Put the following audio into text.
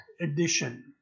edition